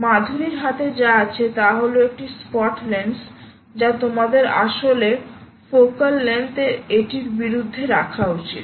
মাধুরীর হাতে যা আছে তা হল একটি স্পট লেন্স যা তোমাদের আসলে ফোকাল লেংথ এটির বিরুদ্ধে রাখা উচিত